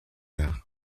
nach